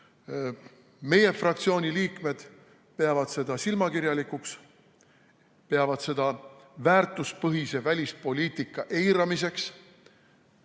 Meie fraktsiooni liikmed peavad seda silmakirjalikuks, peavad seda väärtuspõhise välispoliitika eiramiseks